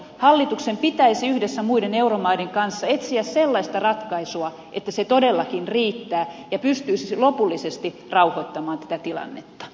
hallituksen pitäisi yhdessä muiden euromaiden kanssa etsiä sellaista ratkaisua että se todellakin riittää ja pystyisi lopullisesti rauhoittamaan tätä tilannetta